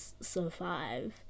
survive